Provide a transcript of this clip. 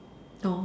no